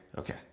Okay